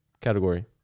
category